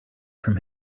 from